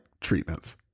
treatments